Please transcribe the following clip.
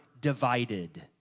divided